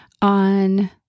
on